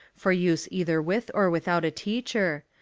for use either with or without a teacher,